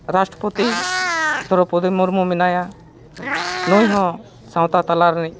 ᱨᱟᱥᱴᱨᱚᱯᱚᱛᱤ ᱫᱨᱳᱯᱚᱫᱤ ᱢᱩᱨᱢᱩ ᱢᱮᱱᱟᱭᱟ ᱱᱩᱭ ᱦᱚᱸ ᱥᱟᱶᱛᱟ ᱛᱟᱞᱟ ᱨᱤᱱᱤᱡ